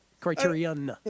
Criterion